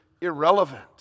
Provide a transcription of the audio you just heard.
irrelevant